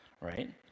right